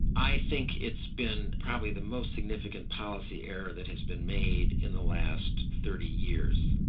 i think it's been probably the most significant policy error that has been made in the last thirty years.